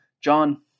John